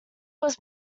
was